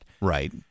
Right